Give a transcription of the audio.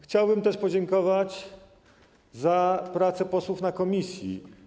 Chciałbym też podziękować za pracę posłów w komisji.